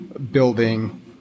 building